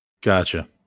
Gotcha